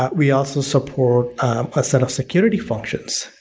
ah we also support a set of security functions.